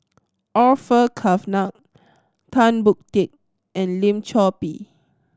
Orfeur Cavenagh Tan Boon Teik and Lim Chor Pee